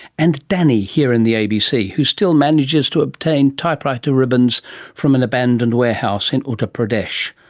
and danny here in the abc who still manages to obtain typewriter ribbons from an abandoned warehouse in uttar pradesh.